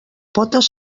potes